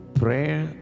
prayer